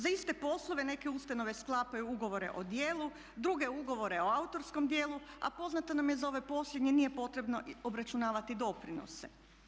Za iste poslove neke ustanove sklapaju ugovore o djelu, druge ugovore o autorskom djelu a poznata nam je za ove posljednje nije potrebno obračunavati doprinose.